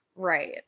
right